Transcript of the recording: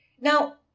Now